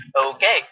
Okay